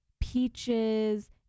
peaches